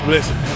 Listen